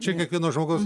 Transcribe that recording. čia kiekvieno žmogaus